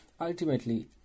Ultimately